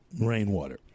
rainwater